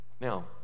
Now